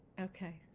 Okay